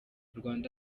rwanda